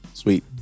sweet